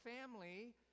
family